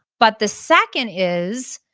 but the second is,